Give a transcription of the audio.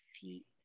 feet